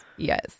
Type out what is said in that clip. Yes